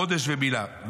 חודש ומילה.